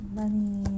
money